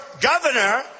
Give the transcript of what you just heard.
governor